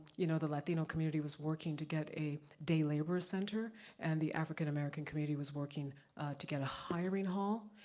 you know the latino community was working to get a day labor center and the african-american community was working to get a hiring hall,